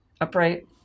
upright